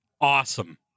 awesome